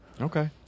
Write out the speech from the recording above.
Okay